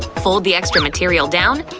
fold the extra material down,